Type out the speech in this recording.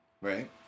right